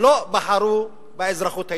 לא בחרו באזרחות הישראלית.